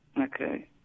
Okay